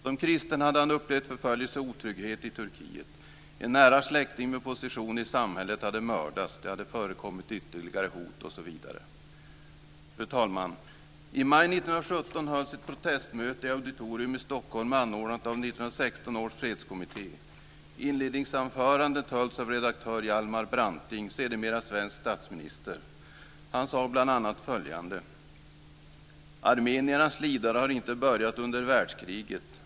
Som kristen hade han upplevt förföljelse och otrygghet i Turkiet. En nära släkting med position i samhället hade mördats, och det hade förekommit ytterligare hot osv. Fru talman! I maj 1917 hölls ett protestmöte i Auditorium i Stockholm anordnat av 1916 års fredskommitté. Inledningsanförandet hölls av redaktör Hjalmar Branting sade bl.a. följande: "Armeniernas lidande har inte börjat under världskriget ."